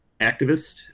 activist